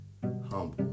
humble